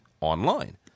online